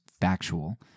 factual